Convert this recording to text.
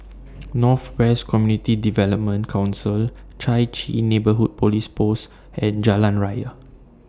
North West Community Development Council Chai Chee Neighbourhood Police Post and Jalan Raya